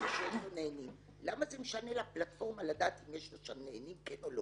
הבנק שם יודע אם יש לו נהנים בחשבון.